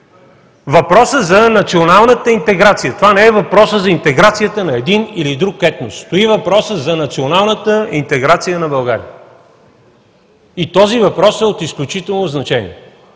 Въпросът за националната интеграция – това не е въпросът за интеграцията на един или друг етнос! Стои въпросът за националната интеграция на България! И този въпрос е от изключително значение.